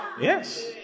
Yes